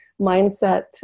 mindset